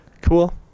cool